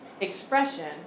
expression